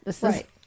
Right